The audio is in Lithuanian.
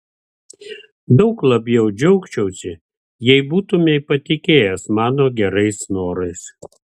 daug labiau džiaugčiausi jeigu būtumei patikėjęs mano gerais norais